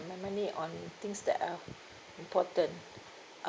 my money on things that are important I